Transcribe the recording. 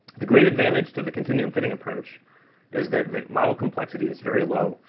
the great advantage to the continuum fitting approach is that the model complexity is very low.